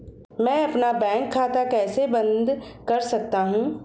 मैं अपना बैंक खाता कैसे बंद कर सकता हूँ?